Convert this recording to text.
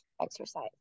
exercise